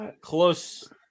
close